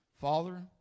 Father